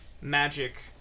magic